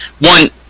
One